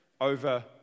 over